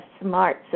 smart